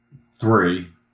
three